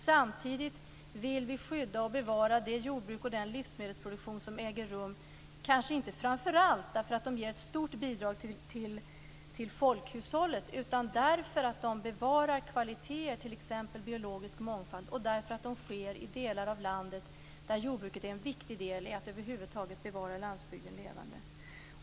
Samtidigt vill vi skydda och bevara det jordbruk och den livsmedelsproduktion som äger rum, kanske inte framför allt därför att de ger ett stort bidrag till folkhushållet utan därför att de bevarar kvaliteter, t.ex. biologisk mångfald, och därför att det sker i delar av landet där jordbruket är en viktig del för att över huvud taget bevara landsbygden levande.